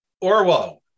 Orwell